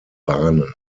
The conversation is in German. bahnen